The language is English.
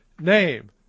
Name